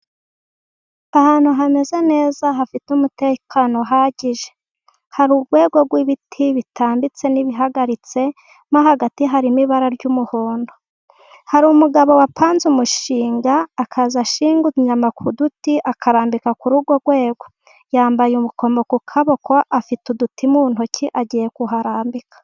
Ahantu hameze neza hafite umutekano uhagije, hari urwego rw'ibiti bitambitse n'ibihagaritse mo hagati harimo ibara ry'umuhondo. Hari umugabo wapanze umushinga akaza ashinga inyama ku duti akarambika ku rugo rwego, yambaye ubukomo ku kaboko afite uduti mu ntoki agiye kuharambika.